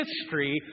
history